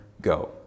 go